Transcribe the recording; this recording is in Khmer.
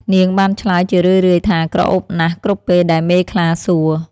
នាងបានឆ្លើយជារឿយៗថាក្រអូបណាស់ គ្រប់ពេលដែលមេខ្លាសួរ។